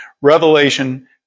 Revelation